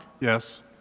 Yes